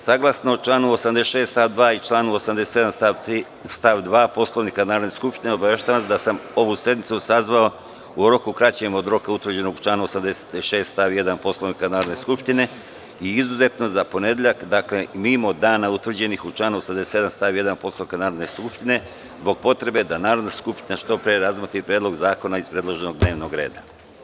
Saglasno članu 86. stav 2. i članu 87. stav 2. Poslovnika Narodne skupštine obaveštavam vas da sam ovu sednicu sazvao u roku kraćem od roka utvrđenog u članu 86. stav 1. Poslovnika Narodne skupštine, i izuzetno za ponedeljak, dakle, mimo dana utvrđenih u članu 87. stav 1. Poslovnika Narodne skupštine, zbog potrebe da Narodna skupština što pre razmotri Predlog zakona iz predloženog dnevnog reda.